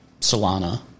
Solana